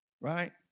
right